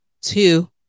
Two